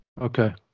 Okay